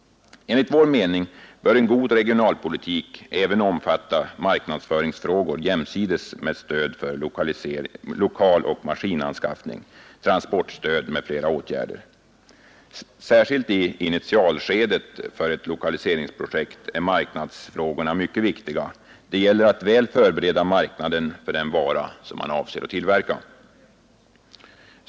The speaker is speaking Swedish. Enligt vår mening bör en god regionalpolitik även omfatta marknadsföringsfrågor jämsides med stöd för lokaloch maskinanskaffning, transportstöd m.fl. åtgärder. Särskilt i initialskedet för ett lokaliseringsprojekt är marknadsfrågorna mycket viktiga. Det gäller att väl förbereda marknaden för den vara som man avser att tillverka.